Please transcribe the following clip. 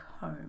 home